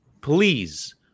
Please